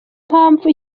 mpamvu